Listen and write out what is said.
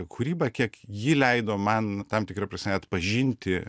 kūrybą kiek ji leido man tam tikra prasme atpažinti